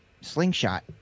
slingshot